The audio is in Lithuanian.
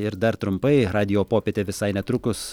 ir dar trumpai radijo popietė visai netrukus